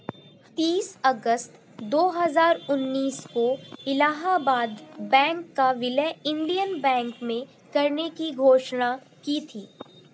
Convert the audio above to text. तीस अगस्त दो हजार उन्नीस को इलाहबाद बैंक का विलय इंडियन बैंक में करने की घोषणा की थी